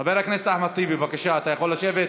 חבר הכנסת אחמד טיבי, בבקשה, אתה יכול לשבת?